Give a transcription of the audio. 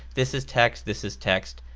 this is text, this is text,